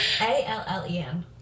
A-L-L-E-N